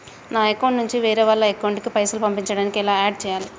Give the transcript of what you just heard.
నా అకౌంట్ నుంచి వేరే వాళ్ల అకౌంట్ కి పైసలు పంపించడానికి ఎలా ఆడ్ చేయాలి?